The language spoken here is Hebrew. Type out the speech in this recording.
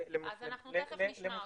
אז אנחנו תכף נשמע אותם.